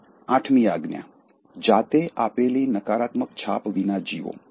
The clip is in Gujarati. અને 8 મી આજ્ઞા જાતે આપેલી નકારાત્મક છાપ વિના જીવો